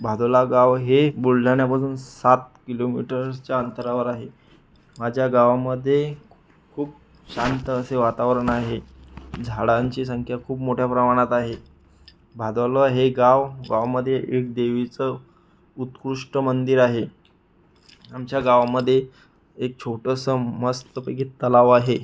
भादोला गाव हे बुलढाण्यापासून सात किलोमीटरच्या अंतरावर आहे माझ्या गावामध्ये खूप शांत असे वातावरण आहे झाडांची संख्या खूप मोठ्या प्रमाणात आहे भादोला हे गाव गावामध्ये एक देवीचं उत्कृष्ट मंदिर आहे आमच्या गावामध्ये एक छोटंसं मस्तपैकी तलाव आहे